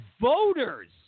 voters